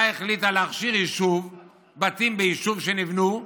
החליטה להכשיר בתים שנבנו ביישוב,